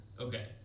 Okay